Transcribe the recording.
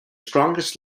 strongest